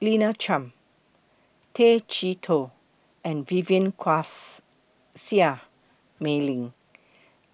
Lina Chiam Tay Chee Toh and Vivien Quahe Seah Mei Lin